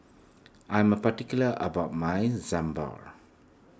I am particular about my Sambar